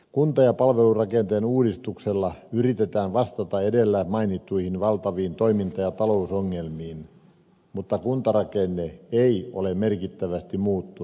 kunta ja palvelurakenteen uudistuksella yritetään vastata edellä mainittuihin valtaviin toiminta ja talousongelmiin mutta kuntarakenne ei ole merkittävästi muuttunut